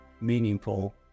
meaningful